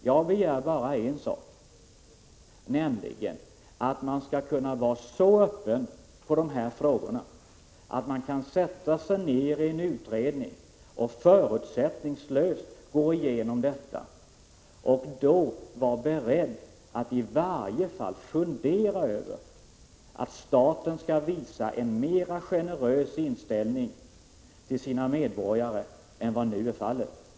Jag begär bara en sak, nämligen att man skall kunna vara så öppen när det gäller dessa frågor att man kan sätta sig ned i en utredning och förutsättningslöst gå igenom problemen — och då vara beredd att i varje fall fundera över om inte staten skall visa en mer generös inställning till sina medborgare än vad som nu är fallet.